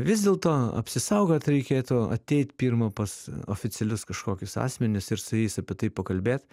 vis dėlto apsisaugot reikėtų ateit pirma pas oficialius kažkokius asmenis ir su jais apie tai pakalbėt